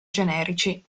generici